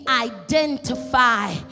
identify